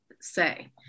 say